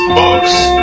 Books